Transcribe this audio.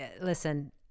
listen